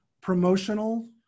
promotional